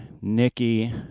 Nikki